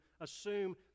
assume